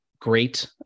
great